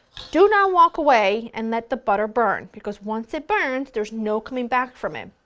do not walk away and let the butter burn, because once it burns, there's no coming back from it.